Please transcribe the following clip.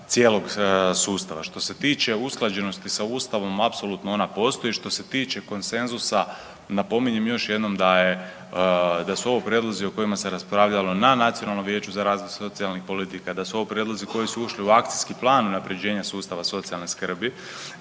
cijelog sustava. Što se tiče usklađenosti sa Ustavom apsolutno ona postoji, što se tiče konsenzusa napominjem još jednom da je, da su ovo prijedlozi o kojima se raspravljano na Nacionalnom vijeću za razvoj socijalnih politika, da su ovo prijedlozi koji su ušli u Akcijski plan unapređenja sustava socijalne skrbi,